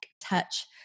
touch